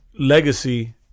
Legacy